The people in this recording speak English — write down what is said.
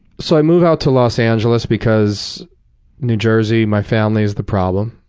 so i move out to los angeles because new jersey, my family's the problem,